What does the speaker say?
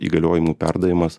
įgaliojimų perdavimas